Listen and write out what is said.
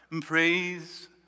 praise